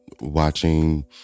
watching